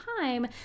time